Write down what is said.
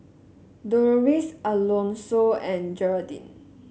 Doloris Alonso and Gearldine